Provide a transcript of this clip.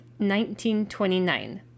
1929